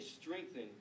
strengthen